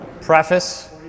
preface